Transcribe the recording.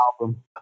album